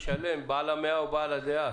בעל המאה הוא בעל הדעה,